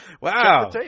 Wow